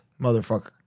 motherfucker